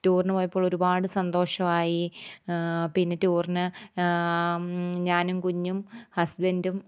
ടൂറിനു പോയപ്പോൾ ഒരുപാട് സന്തോഷമായി പിന്നെ ടൂറിന് ഞാനും കുഞ്ഞും ഹസ്ബൻ്റും